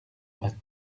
maths